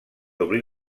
obrir